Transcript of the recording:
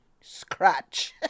Scratch